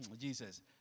Jesus